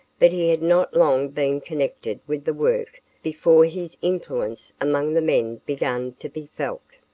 but he had not long been connected with the work before his influence among the men began to be felt.